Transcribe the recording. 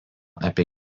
apie